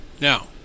Now